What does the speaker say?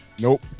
Nope